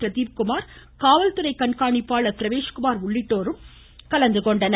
பிரதீப் குமார் காவல்துறை கண்காணிப்பாளர் பிரவேஷ்குமார் உள்ளிட்டோர் கலந்துகொண்டனர்